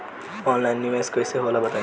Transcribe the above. Online निवेस कइसे होला बताईं?